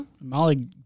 Molly